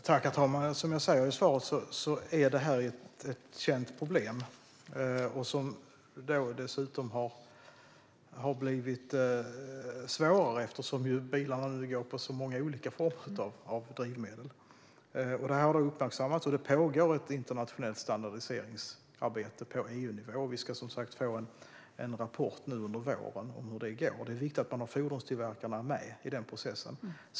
Herr talman! Som jag säger i svaret är det här ett känt problem som dessutom har blivit svårare eftersom bilarna nu går på så många olika former av drivmedel. Det här har uppmärksammats, och det pågår ett internationellt standardiseringsarbete på EU-nivå. Vi ska som sagt få en rapport nu under våren om hur det går, och det är viktigt att man har fordonstillverkarna med i den processen.